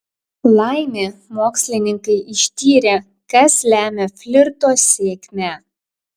laimė mokslininkai ištyrė kas lemia flirto sėkmę